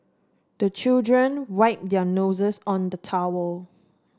the children wipe their noses on the towel